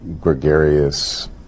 gregarious